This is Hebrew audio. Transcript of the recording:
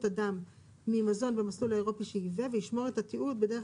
אדם ממזון במסלול האירופי שייבא וישמור את התיעוד בדרך